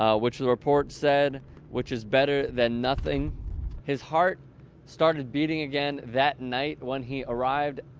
ah which the report said which is better than nothing his heart started beating again that night when he arrived